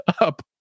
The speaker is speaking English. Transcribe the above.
up